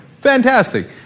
fantastic